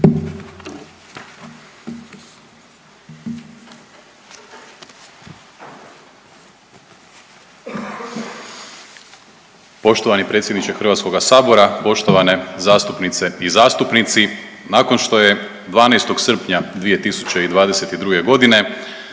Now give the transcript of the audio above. Poštovani predsjedniče HS, poštovane zastupnice i zastupnici. Nakon što je 12. srpnja 2022.g.